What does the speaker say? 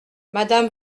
madame